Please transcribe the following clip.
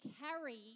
carry